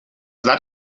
that